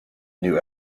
new